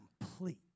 complete